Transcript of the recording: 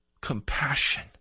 compassion